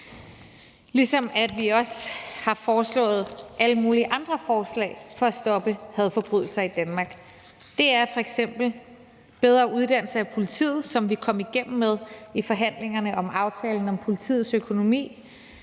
ligesom vi også har foreslået alle mulige andre forslag for at stoppe hadforbrydelser i Danmark. Det er f.eks. bedre uddannelse af politiet, som vi kom igennem med i forhandlingerne om aftalen om politiets økonomi.